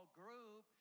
group